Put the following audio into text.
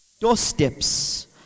doorsteps